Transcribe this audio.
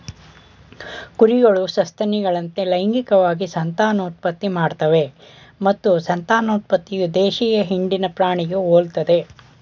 ಕುರಿಗಳು ಸಸ್ತನಿಗಳಂತೆ ಲೈಂಗಿಕವಾಗಿ ಸಂತಾನೋತ್ಪತ್ತಿ ಮಾಡ್ತವೆ ಮತ್ತು ಸಂತಾನೋತ್ಪತ್ತಿಯು ದೇಶೀಯ ಹಿಂಡಿನ ಪ್ರಾಣಿಗೆ ಹೋಲ್ತದೆ